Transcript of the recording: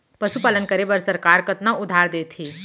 पशुपालन करे बर सरकार कतना उधार देथे?